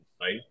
right